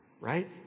right